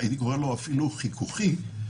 והייתי אומר שאפילו חיכוכי,